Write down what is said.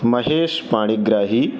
महेशपाणिग्राहिः